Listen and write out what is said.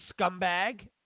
scumbag